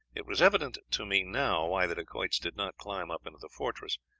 it was evident to me now why the dacoits did not climb up into the fortress.